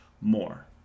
more